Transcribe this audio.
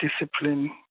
discipline